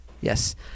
Yes